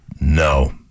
No